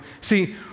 See